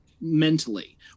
mentally